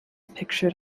pictured